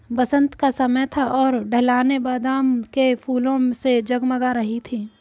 बसंत का समय था और ढलानें बादाम के फूलों से जगमगा रही थीं